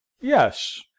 yes